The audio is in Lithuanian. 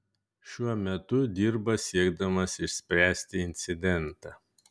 šiuo metu dirba siekdamas išspręsti incidentą